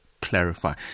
clarify